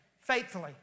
Faithfully